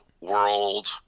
world